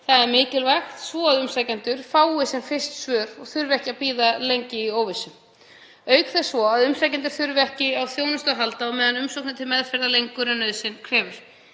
Það er mikilvægt svo að umsækjendur fái sem fyrst svör og þurfi ekki að bíða lengi í óvissu auk þess að umsækjendur þurfi ekki á þjónustu að halda á meðan umsóknin er til meðferðar lengur en nauðsyn krefur.